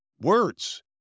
words